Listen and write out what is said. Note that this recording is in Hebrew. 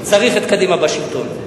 צריך את קדימה בשלטון.